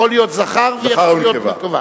יכול להיות זכר ויכול להיות נקבה.